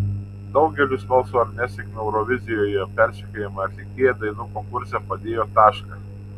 daugeliui smalsu ar nesėkmių eurovizijoje persekiojama atlikėja dainų konkurse padėjo tašką